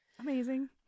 Amazing